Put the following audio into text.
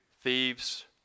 thieves